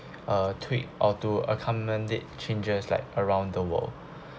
uh tweak or to accommodate changes like around the world